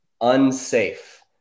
unsafe